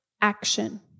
action